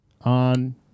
on